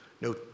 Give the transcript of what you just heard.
no